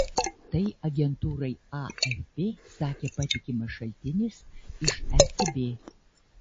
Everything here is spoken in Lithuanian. tai agentūrai afp sakė patikimas šaltinis iš ecb